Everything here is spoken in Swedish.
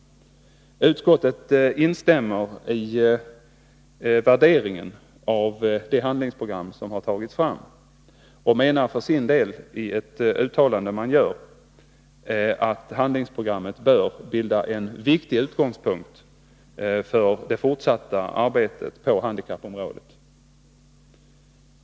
Utskottet instämmer i värderingen av det handlingsprogram som tagits fram och menar för sin del, i ett uttalande som man gör, att 65 handlingsprogrammet bör bilda en viktig utgångspunkt för det fortsatta arbetet på handikappområdet.